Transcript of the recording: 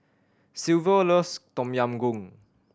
Silvio loves Tom Yam Goong